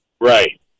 right